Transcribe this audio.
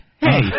hey